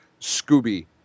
Scooby